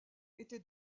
était